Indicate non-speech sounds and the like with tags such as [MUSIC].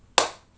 [NOISE]